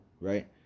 right